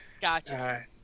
Gotcha